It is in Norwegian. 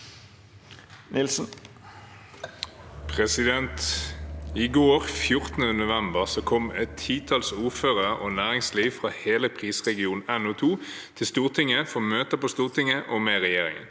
Nilsen (FrP) «14. novem- ber kommer et titalls ordførere og næringsliv fra hele prisregion NO2 til Stortinget for møter på Stortinget og med regjeringen.